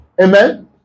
Amen